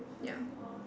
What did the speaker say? ya